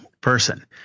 person